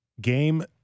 game